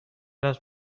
است